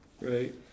Right